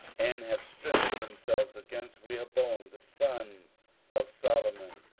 and have strengthened themselves against rehoboam the son of solomon,